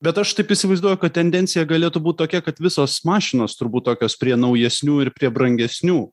bet aš taip įsivaizduoju kad tendencija galėtų būt tokia kad visos mašinos turbūt tokios prie naujesnių ir prie brangesnių